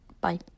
Bye